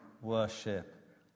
worship